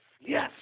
yes